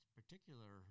particular